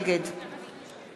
נגד